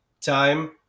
time